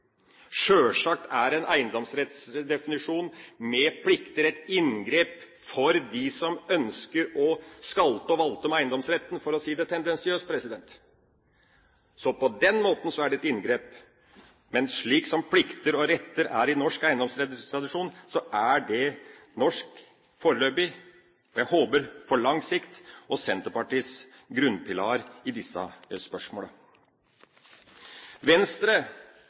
Sjølsagt er en eiendomsrettsdefinisjon med plikter et inngrep for dem som ønsker å skalte og valte med eiendomsretten, for å si det tendensiøst. På den måten er det et inngrep. Men slik som plikter og retter er i norsk eiendomsrettstradisjon, er det norsk – foreløpig, og jeg håper på lang sikt – og Senterpartiets grunnpilar i disse spørsmålene. Venstre